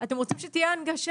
אתם רוצים שתהיה הנגשה,